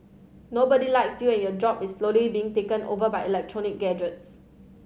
nobody likes you and your job is slowly being taken over by electronic gantries